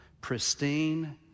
pristine